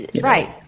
Right